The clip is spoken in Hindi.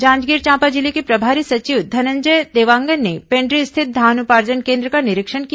जांजगीर चांपा जिले के प्रभारी सचिव धनंजय देवांगन ने पेण्ड्री स्थित धान उर्पाजन केन्द्र का निरीक्षण किया